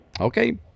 Okay